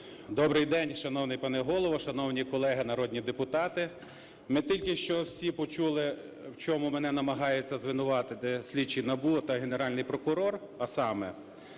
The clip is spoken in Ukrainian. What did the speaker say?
Добрий день, шановний пане Голово, шановні народні депутати! Ми тільки що всі почули, в чому мене намагаються звинуватити слідчі НАБУ та Генеральний прокурор, а саме: